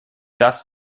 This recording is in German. das